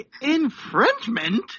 infringement